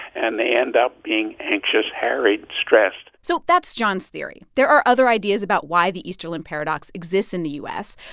and they end up being anxious, harried, stressed so that's john's theory. there are other ideas about why the easterlin paradox exists in the u s.